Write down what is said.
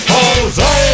Jose